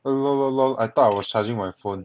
LOL LOL LOL LOL I thought I was charging my phone